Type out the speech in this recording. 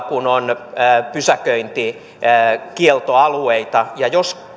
kun meillä maaseudulla on pysäköintikieltoalueita ja jos